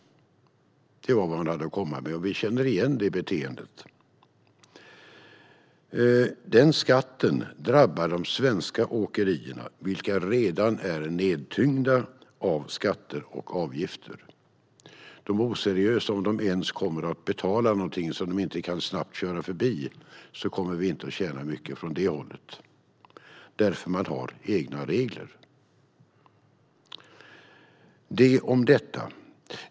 Det är vad man har att komma med, och vi känner igen detta beteende. Denna skatt drabbar de svenska åkerierna, vilka redan är nedtyngda av skatter och avgifter. De oseriösa kommer knappast att betala något som de snabbt kan köra förbi, så vi kommer inte att tjäna mycket från det hållet. De har sina egna regler. Det om detta.